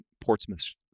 Portsmouth